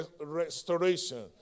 restoration